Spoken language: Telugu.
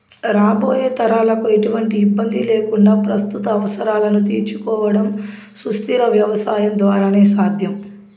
రాబోయే తరాలకు ఎటువంటి ఇబ్బంది లేకుండా ప్రస్తుత అవసరాలను తీర్చుకోవడం సుస్థిర వ్యవసాయం ద్వారానే సాధ్యం